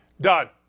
Done